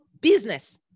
business